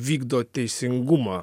vykdo teisingumą